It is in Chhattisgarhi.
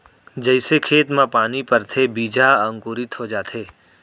जइसे खेत म पानी परथे बीजा ह अंकुरित हो जाथे